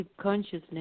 consciousness